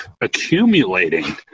accumulating